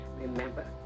remember